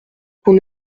qu’on